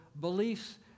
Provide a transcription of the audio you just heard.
beliefs